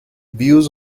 views